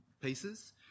pieces